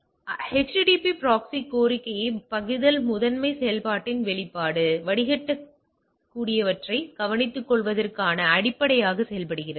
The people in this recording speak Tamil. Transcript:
எனவே HTTP ப்ராக்ஸி கோரிக்கையை பகிர்தல் முதன்மை செயல்பாட்டின் செயல்பாடு வடிகட்டக்கூடியவற்றை கவனித்துக்கொள்வதற்கான அடிப்படையாக செயல்படுகிறது